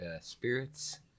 Spirits